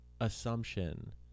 Assumption